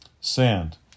Sand